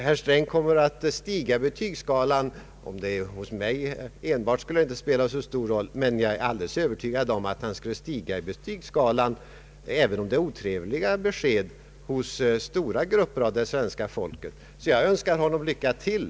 Herr Sträng kommer att stiga i betygsskalan — om det vore hos mig enbart spelade det inte så stor roll, men jag är övertygad om att han gör det hos stora grupper av det svenska folket även om det är otrevliga besked han lämnar. Jag önskar honom lycka till.